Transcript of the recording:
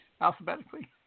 Alphabetically